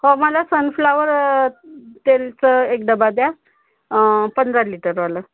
हो मला सनफ्लॉवर तेलाचं एक डबा द्या पंधरा लिटरवालं